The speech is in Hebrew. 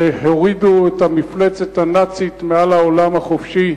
שהורידו את המפלצת הנאצית מעל העולם החופשי.